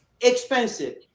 expensive